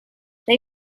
they